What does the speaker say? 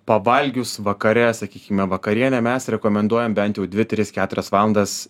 pavalgius vakare sakykime vakarienę mes rekomenduojam bent jau dvi tris keturias valandas